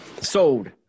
Sold